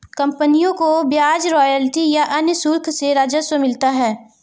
कंपनियों को ब्याज, रॉयल्टी या अन्य शुल्क से राजस्व मिलता है